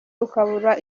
ukabura